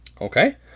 okay